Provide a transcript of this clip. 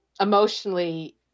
emotionally